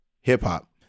hip-hop